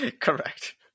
Correct